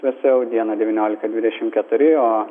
vėsiau dieną devyniolika dvidešim keturi o